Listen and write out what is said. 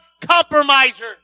compromiser